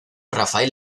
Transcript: rafael